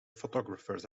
photographers